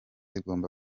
igomba